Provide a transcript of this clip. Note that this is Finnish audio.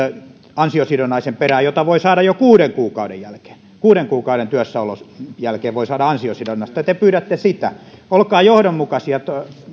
ansiosidonnaisen perään jota voi saada jo kuuden kuukauden jälkeen kuuden kuukauden työssäolon jälkeen voi saada ansiosidonnaista ja te pyydätte sitä olkaa johdonmukaisia